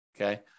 Okay